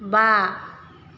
बा